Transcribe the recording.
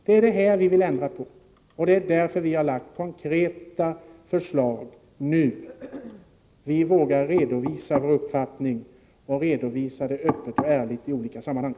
Det är det vi vill ändra på, och det är därför vi har lagt konkreta förslag nu. Vi vågar redovisa vår uppfattning och redovisa den öppet och ärligt i olika sammanhang.